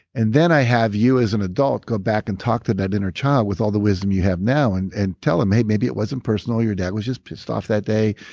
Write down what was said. and then i have you as an adult go back and talk to that inner child with all the wisdom you have now and and tell them, hey, maybe it wasn't personal. your dad was just pissed off that day,